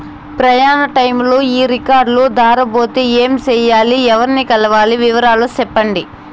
ప్రయాణ టైములో ఈ కార్డులు దారబోతే ఏమి సెయ్యాలి? ఎవర్ని కలవాలి? వివరాలు సెప్పండి?